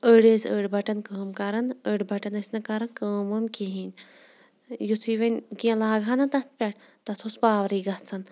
أڑۍ ٲسۍ أڑۍ بَٹَن کٲم کَران أڑۍ بَٹَن ٲسۍ نہٕ کَران کٲم وٲم کِہیٖنۍ یُتھُے وۄنۍ کینٛہہ لاگہٕ ہا نہ تَتھ پٮ۪ٹھ تَتھ اوس پاورٕے گژھان